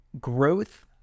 growth